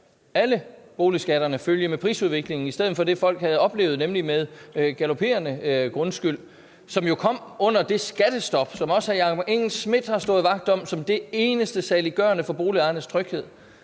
alle boligskatterne følge med prisudviklingen i stedet for det, folk havde oplevet, nemlig den galoperende grundskyld, som jo kom under det skattestop, som også hr. Jakob Engel-Schmidt har stået